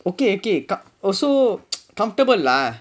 okay okay car also comfortable lah